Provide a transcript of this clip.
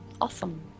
Awesome